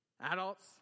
Adults